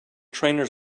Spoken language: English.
trainers